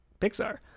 pixar